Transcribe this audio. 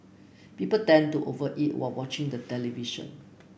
people tend to over eat while watching the television